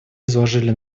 изложили